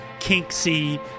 kinksy